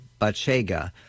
bachega